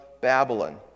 Babylon